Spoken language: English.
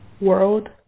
World